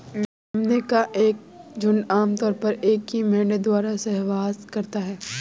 मेमने का एक झुंड आम तौर पर एक ही मेढ़े द्वारा सहवास करता है